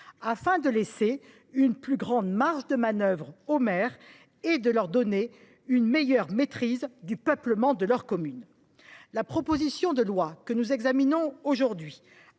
afin de laisser une plus grande marge de manœuvre aux maires et de leur donner une meilleure maîtrise du « peuplement » de leur commune ? La proposition de loi que nous examinons cet